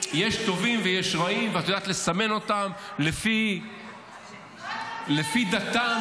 יש טובים ויש רעים ואת יודעת לסמן אותם לפי דתם,